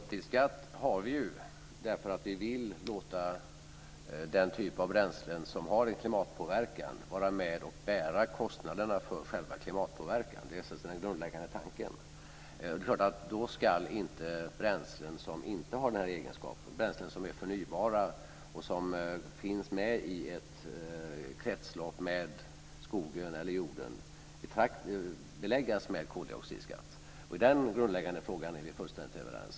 Fru talman! Koldioxidskatt har vi ju därför att vi vill låta den typ av bränslen som har en klimatpåverkan vara med och bära kostnaderna för själva klimatpåverkan. Det är den grundläggande tanken. Då är det klart att bränslen som inte har den här egenskapen - bränslen som är förnybara och som finns med i ett kretslopp med skogen eller jorden - inte ska beläggas med koldioxidskatt. I den grundläggande frågan är vi fullständigt överens.